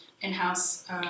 in-house